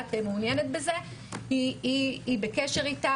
שהנפגעת מעוניינת בזה היא בקשר איתה.